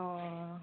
অঁ